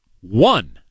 one